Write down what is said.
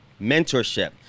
mentorship